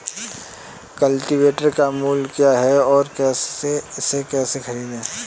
Cultivator का मूल्य क्या है और इसे कैसे खरीदें?